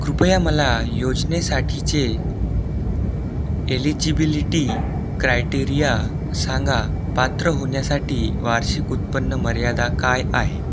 कृपया मला योजनेसाठीचे एलिजिबिलिटी क्रायटेरिया सांगा पात्र होण्यासाठी वार्षिक उत्पन्न मर्यादा काय आहे